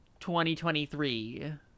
2023